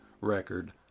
record